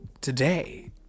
today